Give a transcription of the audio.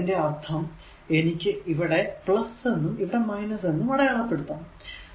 അതിന്റെ അർഥം എനിക്ക് ഇവിടെ എന്നും ഇവിടെ എന്നും അടയാളപ്പെടുത്താം